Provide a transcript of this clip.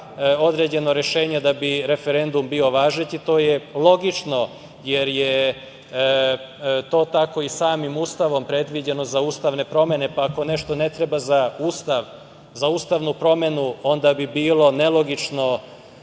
određeno rešenje da bi referendum bio važeći. To je logično, jer je to tako i samim Ustavom predviđeno za ustavne promene. Ako nešto ne treba za Ustav, za ustavnu promenu, onda bi bilo nelogično